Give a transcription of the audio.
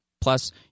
Plus